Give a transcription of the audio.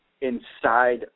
inside